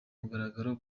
mugaragaro